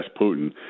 Putin